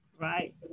right